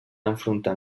enfrontar